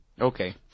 Okay